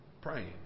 Praying